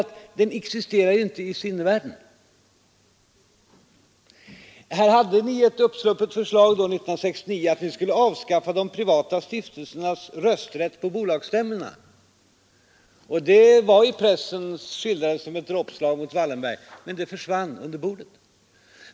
Men den existerar ju inte i sinnevärlden. Ni hade ett uppsluppet förslag 1969 om att avskaffa de privata stiftelsernas rösträtt på bolagsstämmorna. Det skildrades i pressen som ett dråpslag mot Wallenberg — men det försvann under bordet.